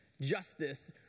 justice